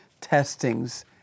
testings